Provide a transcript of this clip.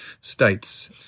states